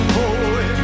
boy